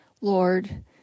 Lord